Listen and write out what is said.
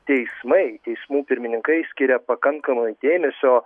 teismai teismų pirmininkai skiria pakankamai dėmesio